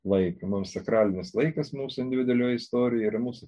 laiką mum sakralinis laikas mūsų individualioje istorijoje yra mūsų